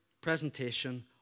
presentation